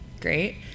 great